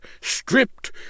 stripped